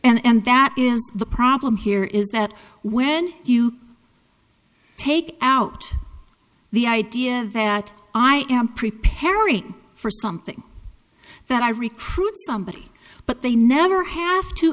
sex and that is the problem here is that when you take out the idea that i am preparing for something that i recruit somebody but they never have to